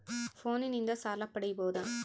ಫೋನಿನಿಂದ ಸಾಲ ಪಡೇಬೋದ?